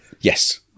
Yes